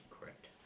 correct